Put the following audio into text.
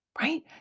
right